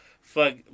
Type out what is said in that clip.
fuck